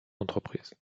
entreprise